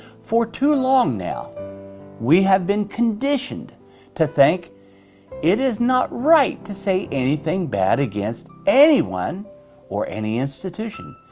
for too long now we have been conditioned to think it is not right to say anything bad against anyone or any institution.